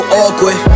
awkward